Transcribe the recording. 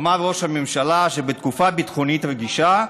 אמר ראש הממשלה שבתקופה ביטחונית רגישה,